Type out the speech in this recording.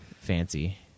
fancy